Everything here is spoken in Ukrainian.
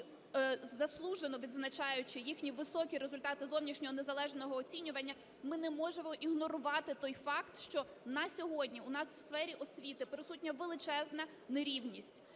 і заслужено відзначаючи їхні високі результати зовнішнього незалежного оцінювання, ми не можемо ігнорувати той факт, що на сьогодні у нас в сфері освіти присутня величезна нерівність.